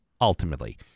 ultimately